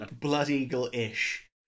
Blood-eagle-ish